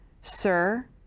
sir